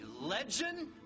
Legend